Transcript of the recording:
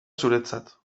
zuretzat